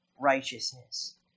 righteousness